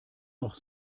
noch